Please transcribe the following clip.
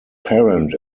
parent